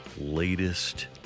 latest